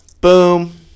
boom